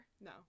No